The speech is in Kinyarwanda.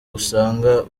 usanga